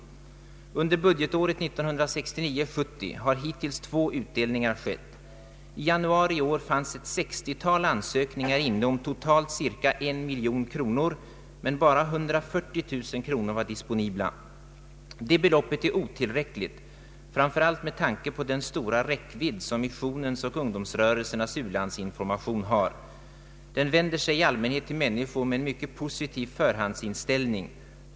Under budgetåret 1969/70 har hittills två utdelningar skett. I januari i år fanns ett 60-tal ansökningar inne om totalt cirka en miljon kronor, men endast 140 000 kronor var disponibla. Det beloppet är otillräckligt, framför allt med tanke på den stora räckvidd som missionens och ungdomsrörelsernas ulandsinformation har. Den vänder sig i allmänhet till människor med en mycket positiv förhandsinställning.